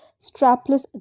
strapless